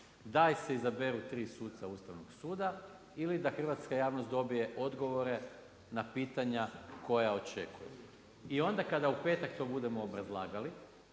da se izaberu 3 suca Ustavnog suda ili da hrvatska javnost dobije odgovora na pitanja koja očekujemo. I onda kada u petak to budemo obrazlagali